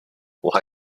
why